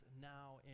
now